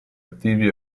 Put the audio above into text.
attivi